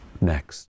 Next